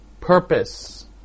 purpose